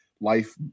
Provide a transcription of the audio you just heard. life